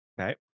Okay